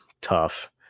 tough